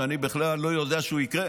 שאני בכלל לא יודע שהוא יקרה.